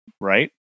Right